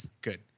good